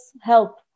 help